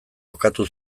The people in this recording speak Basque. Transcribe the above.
kokatu